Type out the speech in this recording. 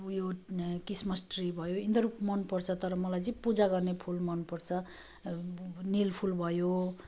उयो Christmas tree भयो यिनीहरू मन पर्छ तर मलाई चाहिँ पूजा गर्ने फुल मन पर्छ निल फुल भयो